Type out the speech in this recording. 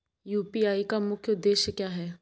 UPI का मुख्य उद्देश्य क्या है?